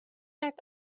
yet